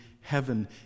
heaven